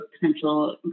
potential